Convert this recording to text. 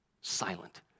silent